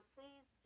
Please